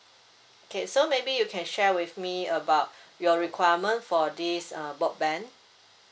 okay so maybe you can share with me about your requirement for this uh broadband